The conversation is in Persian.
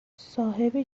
صاحب